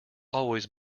always